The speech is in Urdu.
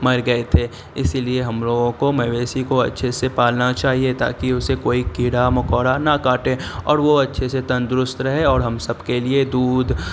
مر گئے تھے اسی لیے ہم لوگوں کو مویشی کو اچھے سے پالنا چاہیے تاکہ اسے کوئی کیڑا مکوڑا نہ کاٹے اور وہ اچھے سے تندرست رہے اور ہم سب کے لیے دودھ